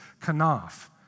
kanaf